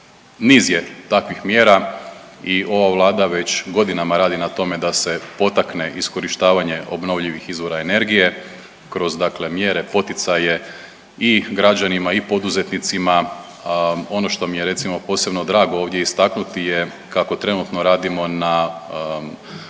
Niz je takvih mjera i ova Vlada već godinama radi na tome da se potakne iskorištavanje obnovljivih izvora energije kroz dakle mjere poticaje i građanima i poduzetnicima. Ono što mi je recimo posebno drago ovdje istaknuti je kako trenutno radimo na